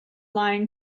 lion